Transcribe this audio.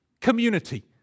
Community